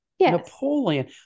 Napoleon